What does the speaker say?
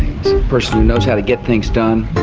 person who knows how to get things done,